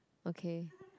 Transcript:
okay